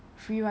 free [one]